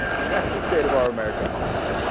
and that's the state of our american box